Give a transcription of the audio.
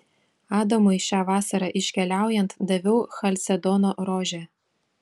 adamui šią vasarą iškeliaujant daviau chalcedono rožę